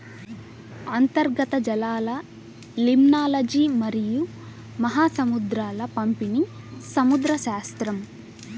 అంతర్గత జలాలలిమ్నాలజీమరియు మహాసముద్రాల పంపిణీసముద్రశాస్త్రం